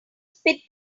spit